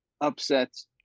Upsets